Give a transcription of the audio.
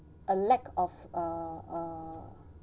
a lack of uh uh